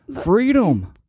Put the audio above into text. freedom